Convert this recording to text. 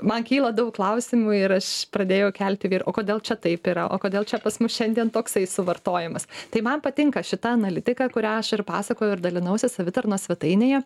man kyla daug klausimų ir aš pradėjau kelti vyr o kodėl čia taip yra o kodėl čia pas mus šiandien toksai suvartojimas tai man patinka šita analitika kur rašo ir pasakoja ir dalinausi savitarnos svetainėje